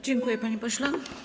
Dziękuję, panie pośle.